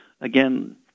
again